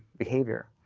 behavior.